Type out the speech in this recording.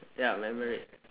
ya memory